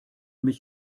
mich